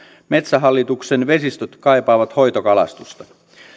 metsähallituksen vesistöt kaipaavat hoitokalastusta